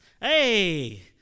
Hey